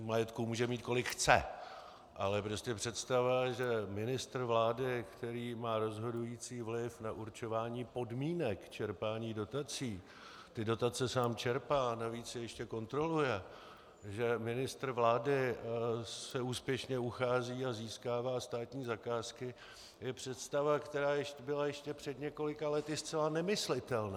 Majetku může mít, kolik chce, ale prostě představa, že ministr vlády, který má rozhodující vliv na určování podmínek čerpání dotací, ty dotace sám čerpá a navíc je ještě kontroluje, že ministr vlády se úspěšně uchází a získává státní zakázky, je představa, která byla ještě před několika lety zcela nemyslitelná.